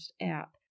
app